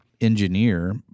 engineer